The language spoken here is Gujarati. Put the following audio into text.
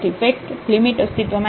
ફેક્ટ લિમિટ અસ્તિત્વમાં નથી